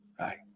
Right